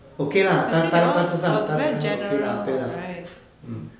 okay lah 大大大子上 okay lah okay lah mm